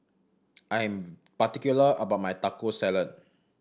I am particular about my Taco Salad